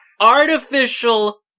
Artificial